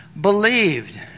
believed